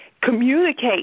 communicate